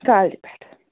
کالجہِ پٮ۪ٹھ